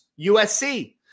USC